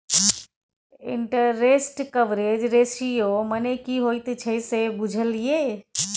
Interest coverage ratio मने की होइत छै से बुझल यै?